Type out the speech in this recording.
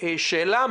העיסוק.